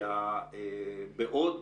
שבעוד